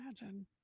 imagine